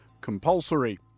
compulsory